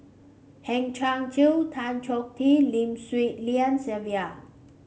Hang Chang Chieh Tan Choh Tee Lim Swee Lian Sylvia